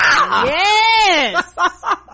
Yes